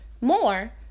more